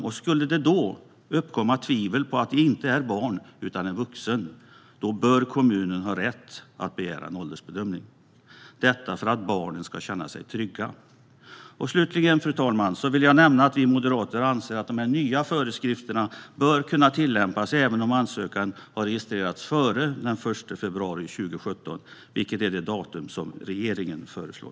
Om det då skulle uppstå tvivel om huruvida det rör sig om ett barn eller en vuxen bör kommunen ha rätt att begära en åldersbedömning - detta för att barnen ska känna sig trygga. Slutligen, fru talman, vill jag nämna att vi moderater anser att de nya föreskrifterna bör kunna tillämpas även om ansökan har registrerats före den 1 februari 2017, vilket är det datum som regeringen föreslår.